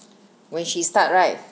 when she start right